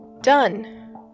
done